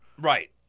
Right